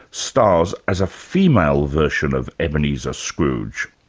stars as a female version of ebenezer scrooge.